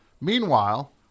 Meanwhile